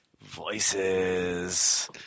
voices